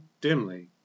dimly